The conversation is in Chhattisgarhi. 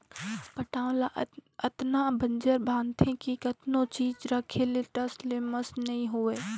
पटांव ल अतना बंजर बनाथे कि कतनो चीज राखे ले टस ले मस नइ होवय